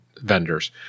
vendors